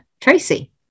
Tracy